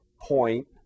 point